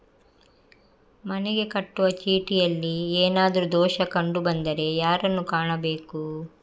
ಮನೆಗೆ ಕಟ್ಟುವ ಚೀಟಿಯಲ್ಲಿ ಏನಾದ್ರು ದೋಷ ಕಂಡು ಬಂದರೆ ಯಾರನ್ನು ಕಾಣಬೇಕು?